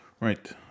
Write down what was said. Right